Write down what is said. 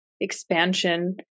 expansion